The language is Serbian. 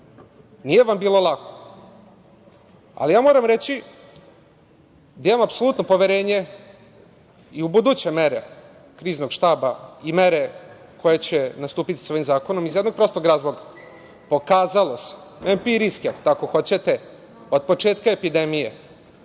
vam bilo lako, ali ja moram reći da imam apsolutno poverenje i u buduće mere Kriznog štaba i mere koje će nastupiti sa ovim zakonom iz jednog prostog razloga, pokazalo se empirijski, ako tako hoćete, od početka epidemije